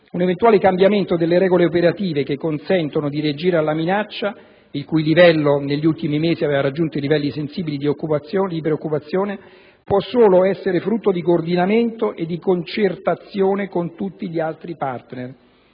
un eventuale cambiamento delle regole operative che consentono di reagire alla minaccia - il cui grado negli ultimi mesi aveva raggiunto livelli sensibili di preoccupazione - può solo essere frutto di coordinamento e di concertazione con tutti gli altri partner.